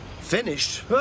Finished